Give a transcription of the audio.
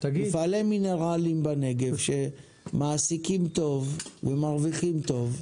מפעלי מינרלים בנגב שמעסיקים טוב ומרוויחים טוב,